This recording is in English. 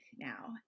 now